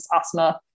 asthma